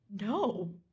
No